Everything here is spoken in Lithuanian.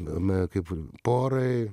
me kaip porai